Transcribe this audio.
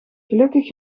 gelukkig